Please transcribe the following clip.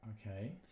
Okay